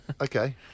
okay